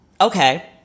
Okay